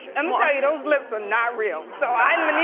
um ah you those lips are not real, so i mean